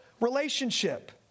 relationship